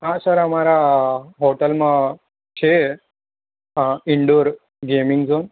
હા સર અમારા હોટલમાં છે ઇન્ડોર ગેમિંગ ઝોન